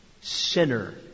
sinner